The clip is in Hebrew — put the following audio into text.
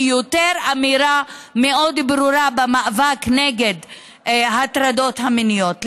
היא יותר אמירה מאוד ברורה במאבק נגד ההטרדות המיניות.